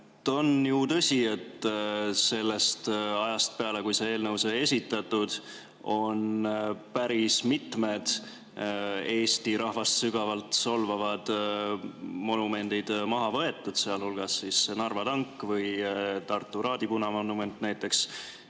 On ju tõsi, et sellest ajast peale, kui see eelnõu sai esitatud, on päris mitmed Eesti rahvast sügavalt solvanud monumendid maha võetud, sealhulgas Narva tank ja Tartu Raadi punamonument.